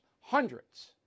Hundreds